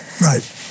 Right